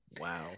Wow